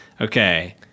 Okay